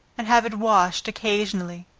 and have it washed occasionally.